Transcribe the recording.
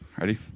Ready